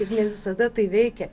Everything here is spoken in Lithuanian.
ir ne visada tai veikia